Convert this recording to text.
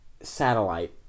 satellite